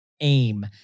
Aim